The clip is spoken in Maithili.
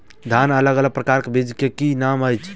धान अलग अलग प्रकारक बीज केँ की नाम अछि?